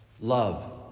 love